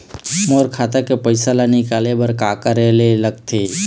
मोर खाता के पैसा ला निकाले बर का का करे ले लगथे?